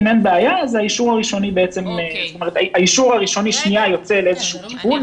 ואם אין בעיה האישור הראשוני יוצא --- זה